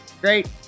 great